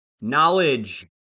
knowledge